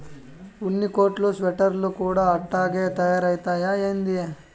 ఉన్ని కోట్లు స్వెటర్లు కూడా అట్టాగే తయారైతయ్యా ఏంది